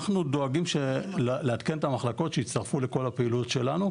אנחנו דואגים לעדכן את המחלקות שהצטרפו לכל הפעילות שלנו,